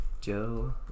Joe